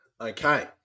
Okay